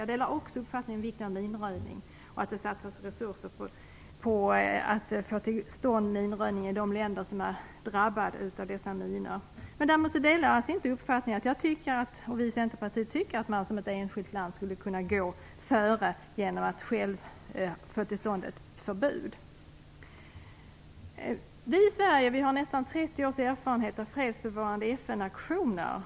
Jag delar också uppfattningen om vikten av minröjning och att det måste satsas resurser för att få till stånd minröjning i de länder som är drabbade. Däremot tycker jag och vi i Centerpartiet att ett enskilt land skulle kunna gå före genom att få till stånd ett förbud. Vi i Sverige har nästan 30 års erfarenhet av fredsbevarande FN-aktioner.